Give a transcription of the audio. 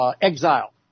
Exile